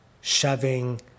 shoving